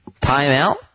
Timeout